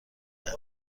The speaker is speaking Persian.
کرد